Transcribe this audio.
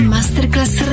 Masterclass